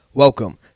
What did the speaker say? Welcome